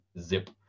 zip